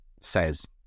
says